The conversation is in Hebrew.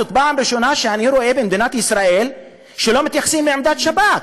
זאת הפעם הראשונה שאני רואה במדינת ישראל שלא מתייחסים לעמדת השב"כ.